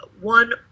one